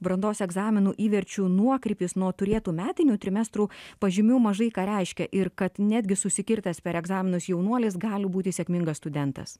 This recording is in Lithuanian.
brandos egzaminų įverčių nuokrypis nuo turėtų metinių trimestrų pažymių mažai ką reiškia ir kad netgi susikirtęs per egzaminus jaunuolis gali būti sėkmingas studentas